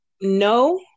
no